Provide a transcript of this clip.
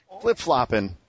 Flip-flopping